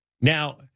Now